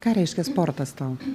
ką reiškia sportas tau